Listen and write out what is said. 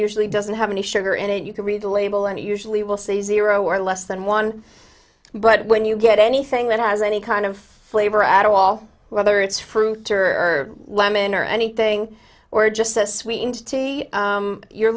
usually doesn't have any sugar in it you can read the label and usually will say zero or less than one but when you get anything that has any kind of flavor at all whether it's fruit or lemon or anything or just as sweet and tea you're